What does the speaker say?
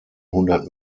hundert